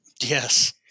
Yes